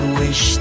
wish